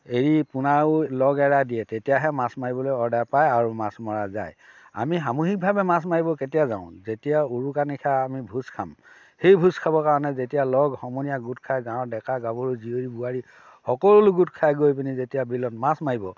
এৰি পোনাও লগ এৰা দিয়ে তেতিয়াহে মাছ মাৰিবলৈ অৰ্ডাৰ পায় আৰু মাছ মৰা যায় আমি সামূহিকভাৱে মাছ মাৰিব কেতিয়া যাওঁ যেতিয়া উৰুকা নিশা আমি ভোজ খাম সেই ভোজ খাবৰ কাৰণে যেতিয়া লগ সমনীয়া গোট খাই গাঁৱৰ ডেকা গাভৰু জীয়ৰী বোৱাৰী সকলো গোট খাই গৈ পিনি যেতিয়া বিলত মাছ মাৰিব